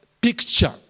picture